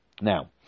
Now